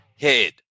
head